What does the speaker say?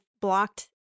blocked